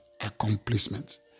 accomplishment